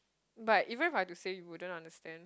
but even if I to say you wouldn't understand